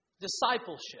Discipleship